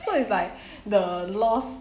so it's like the loss